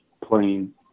plane